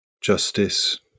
justice